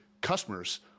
customers